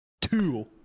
Two